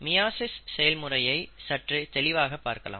meiosis செயல்முறையை சற்று தெளிவாக பார்க்கலாம்